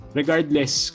regardless